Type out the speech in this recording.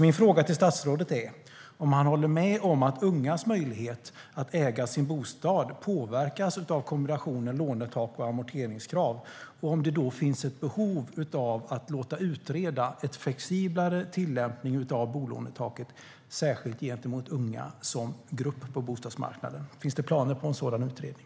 Min fråga till statsrådet är om han håller med om att ungas möjlighet att äga sin bostad påverkas av kombinationen lånetak och amorteringskrav och om det då finns ett behov av att låta utreda en flexiblare tillämpning av bolånetaket, särskilt när det gäller unga som grupp på bostadsmarknaden. Finns det planer på en sådan utredning?